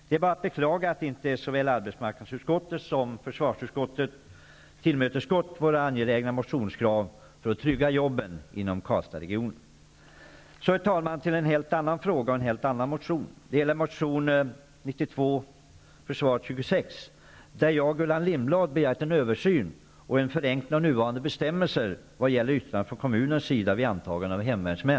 Det är bara att beklaga att inte såväl arbetsmarknadsutskottet som försvarsutskottet tillmötesgått våra angelägna motionskrav för att trygga jobben i Så till en helt annan fråga och en annan motion. Det gäller motion Fö26 där jag och Gullan Lindblad begärt en översyn och en förenkling av nuvarande bestämmelser vad gäller yttrande från kommunernas sida vid antagande av hemvärnsmän.